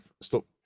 stop